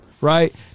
right